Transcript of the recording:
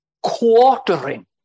quartering